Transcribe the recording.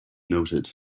noted